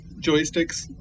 joysticks